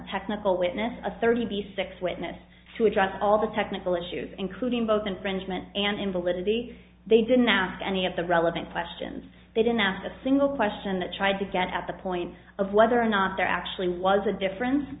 technical witness a thirty six witness to address all the technical issues including both infringement and invalidity they didn't ask any of the relevant questions they didn't ask a single question that tried to get at the point of whether or not there actually was a difference